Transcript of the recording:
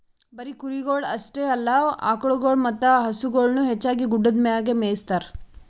ಬರೀ ಕುರಿಗೊಳ್ ಅಷ್ಟೆ ಅಲ್ಲಾ ಆಕುಳಗೊಳ್ ಮತ್ತ ಹಸುಗೊಳನು ಹೆಚ್ಚಾಗಿ ಗುಡ್ಡದ್ ಮ್ಯಾಗೆ ಮೇಯಿಸ್ತಾರ